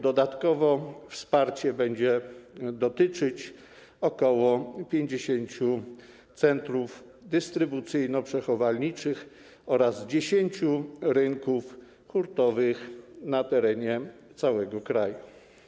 Dodatkowo wsparcie będzie dotyczyć ok. 50 centrów dystrybucyjno-przechowalniczych oraz 10 rynków hurtowych na terenie całego kraju.